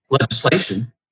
legislation